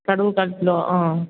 கடுகு கால் கிலோ ஆ